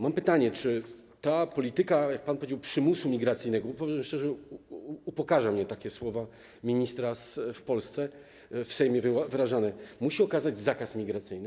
Mam pytanie: Czy ta polityka, jak pan powiedział, przymusu migracyjnego - powiem szczerze, upokarzają mnie takie słowa ministra w Polsce, w Sejmie wyrażane - musi oznaczać zakaz migracyjny?